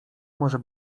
może